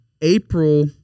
April